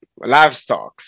livestocks